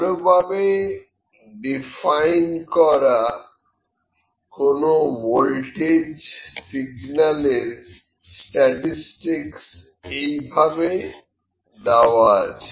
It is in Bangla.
ভালোভাবে ডিফাইন করা কোন ভোল্টেজ সিগন্যালের স্ট্যাটিসটিকস এইভাবে দেওয়া আছে